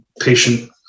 patient